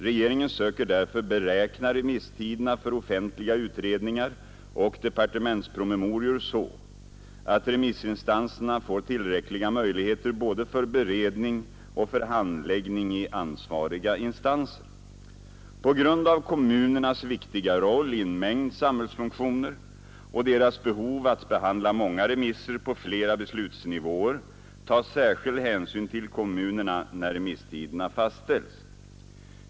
Regeringen söker därför beräkna remisstiderna för offentliga utredningar och departementspromemorior så att remissinstanserna får tillräckliga möjligheter både för beredning och för handläggning i ansvariga instanser. På grund av kommunernas viktiga roll i en mängd samhällsfunktioner och deras behov att behandla många remisser på flera beslutsnivåer tas särskild hänsyn till kommunerna när remisstiderna fastställs.